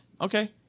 Okay